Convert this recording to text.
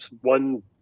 one